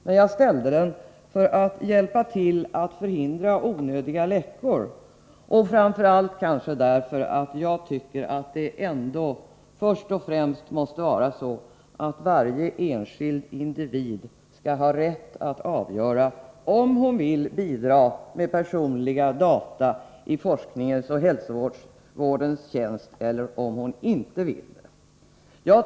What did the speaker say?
Men jag ställde den för att hjälpa till att förhindra onödiga läckor och kanske framför allt därför att jag tycker att det ändå först och främst måste vara så att varje enskild individ skall ha rätt att avgöra, om hon vill bidra med personliga data i forskningens och hälsovårdens tjänst eller om hon inte vill göra det.